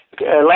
Last